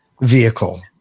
vehicle